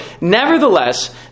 Nevertheless